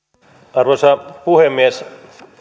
arvoisa puhemies